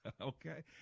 Okay